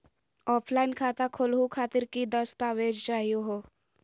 Offline खाता खोलहु खातिर की की दस्तावेज चाहीयो हो?